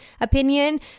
opinion